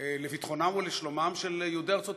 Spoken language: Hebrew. לביטחונם ולשלומם של יהודי ארצות-הברית.